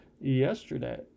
yesterday